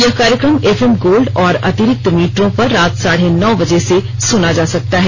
यह कार्यक्रम FM Gold और अतिरिक्त मीटरों पर रात साढे नौ बजे से सुना जा सकता है